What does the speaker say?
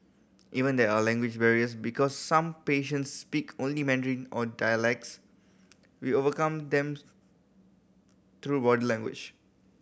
even there are language barriers because some patients speak only Mandarin or dialects we overcome them through body language